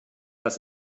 das